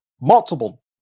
multiple